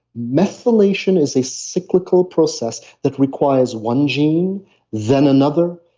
methylation is a cyclical process that requires one gene then another,